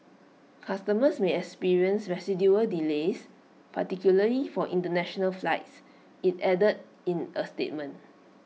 customers may experience residual delays particularly for International flights IT added in A statement